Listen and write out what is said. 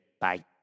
Bye